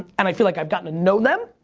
and i feel like i've gotten to know them,